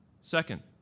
Second